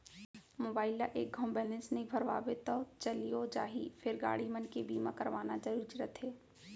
mobile ल एक घौं बैलेंस नइ भरवाबे तौ चलियो जाही फेर गाड़ी मन के बीमा करवाना जरूरीच रथे